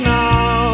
now